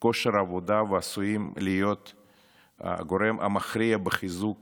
כושר עבודה ועשויים להיות הגורם המכריע בחיזוק